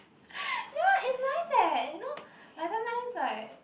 yeah it's nice leh you know like sometimes like